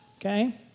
okay